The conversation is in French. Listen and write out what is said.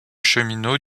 cheminot